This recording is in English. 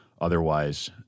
otherwise